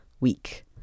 week